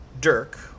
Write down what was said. Dirk